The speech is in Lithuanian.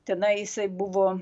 tenai jisai buvo